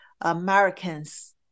Americans